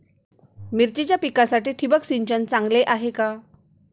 मिरचीच्या पिकासाठी ठिबक सिंचन चांगले आहे का?